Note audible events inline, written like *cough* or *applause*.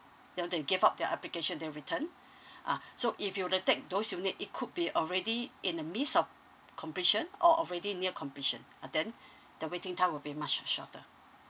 you know they gave up their application then returned *breath* ah so if you were to take those unit it could be already in the midst of completion or already near completion ah then *breath* the waiting time will be much shorter